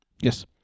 yes